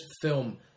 film